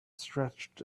stretched